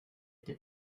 did